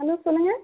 hello சொல்லுங்க